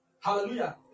Hallelujah